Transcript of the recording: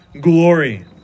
glory